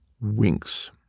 winks